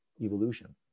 evolution